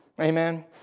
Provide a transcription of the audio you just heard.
Amen